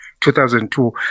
2002